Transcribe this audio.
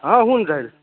हां होऊन जाईल